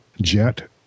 jet